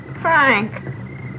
Frank